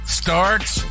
starts